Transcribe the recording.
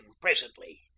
presently